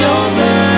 over